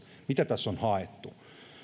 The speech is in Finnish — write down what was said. mitä tässä on haettu